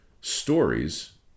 stories